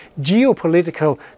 geopolitical